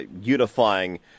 unifying